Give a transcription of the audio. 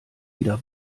wieder